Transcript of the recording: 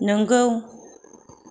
नोंगौ